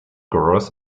growers